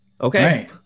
okay